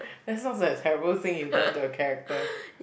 that sounds like a terrible thing you done to a character